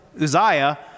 Uzziah